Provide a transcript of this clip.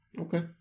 Okay